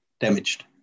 damaged